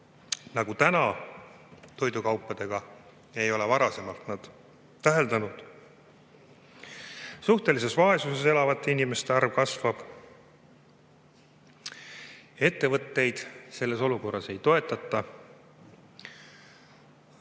nagu praegu toidukaupadega ei ole nad varem täheldanud. Suhtelises vaesuses elavate inimeste arv kasvab. Ettevõtteid selles olukorras ei toetata.